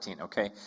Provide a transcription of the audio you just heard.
okay